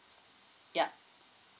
yup